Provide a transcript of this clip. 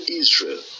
israel